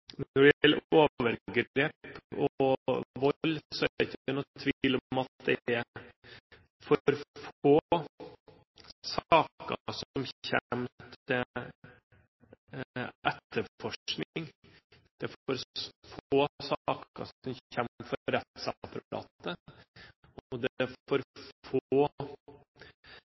Når det gjelder overgrep og vold, er det ikke noen tvil om at det er for få saker som kommer til etterforskning, det er for få saker som kommer for rettsapparatet, og det er for få voldsutøvere og overgripere som blir dømt for